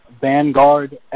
Vanguard